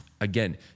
again